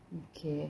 okay